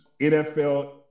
nfl